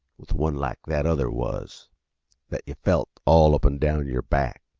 with one like that other was that yuh felt all up an' down yer back.